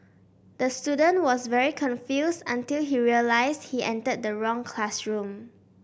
the student was very confused until he realized he entered the wrong classroom